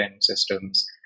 systems